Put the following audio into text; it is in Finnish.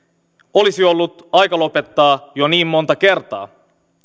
olisi ollut aika lopettaa jo niin monta kertaa